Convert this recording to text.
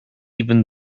even